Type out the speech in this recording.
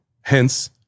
hence